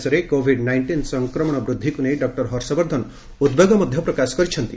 ଦେଶରେ Covid nineteen ସଂକ୍ରମଣ ବୃଦ୍ଧିକୁ ନେଇ ଡକୁର ବର୍ଦ୍ଧନ ଉଦ୍ବେଗ ପ୍ରକାଶ କରିଛନ୍ତି